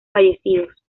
fallecidos